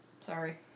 sorry